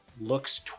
looks